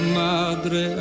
madre